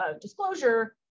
disclosure